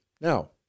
now